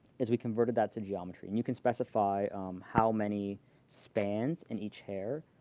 is we converted that to geometry, and you can specify how many spans in each hair,